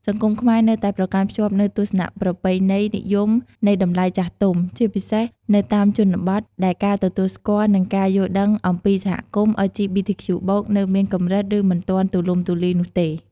សង្គមខ្មែរនៅតែប្រកាន់ខ្ជាប់នូវទស្សនៈប្រពៃណីនិយមនៃតម្លៃចាស់ទុំ ជាពិសេសនៅតាមជនបទ ដែលការទទួលស្គាល់និងការយល់ដឹងអំពីសហគមន៍ អិល ជី ប៊ី ធី ខ្ជូ បូក (LGBTQ+) នៅមានកម្រិតឬមិនទាន់ទូលំទូលាយនោះទេ។